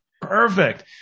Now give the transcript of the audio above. Perfect